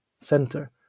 center